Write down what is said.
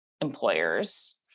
employers